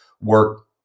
work